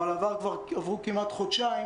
אבל עברו כמעט חודשיים,